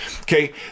Okay